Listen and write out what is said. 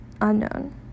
Unknown